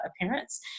appearance